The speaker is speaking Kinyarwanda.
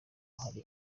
hari